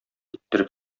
иттереп